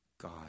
God